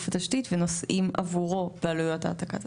התשתית ונושאים עבורו בעלות העתקת התשתיות.